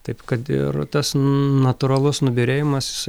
taip kad ir tas natūralus nubyrėjimas jis